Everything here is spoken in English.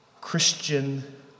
Christian